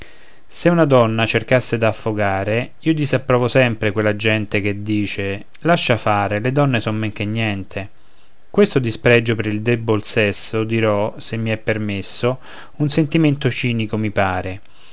se una donna cercasse d'affogare io disapprovo sempre quella gente che dice lascia fare le donne sono meno che niente questo dispregio per il debol sesso dirò se mi è permesso un sentimento cinico mi pare